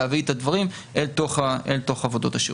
להביא את הדברים אל תוך עבודות השירות.